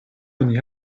oni